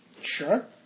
Sure